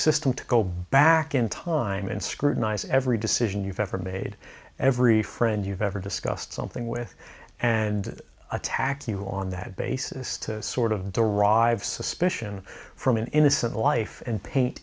system to go back in time and scrutinize every decision you've ever made every friend you've ever discussed something with and attack you on that basis to sort of derive suspicion from an innocent life and paint